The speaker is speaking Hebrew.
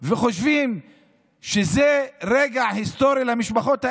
וחושבים שזה רגע היסטורי למשפחות האלה.